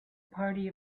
party